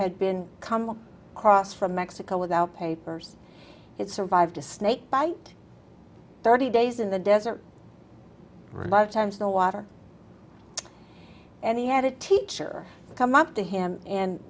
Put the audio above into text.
had been coming across from mexico without papers it survived a snakebite thirty days in the desert rough times no water and he had a teacher come up to him and